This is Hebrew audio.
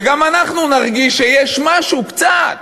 שגם אנחנו נרגיש שיש משהו, קצת,